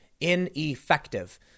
ineffective